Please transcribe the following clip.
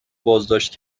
بازداشت